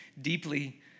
deeply